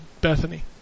Bethany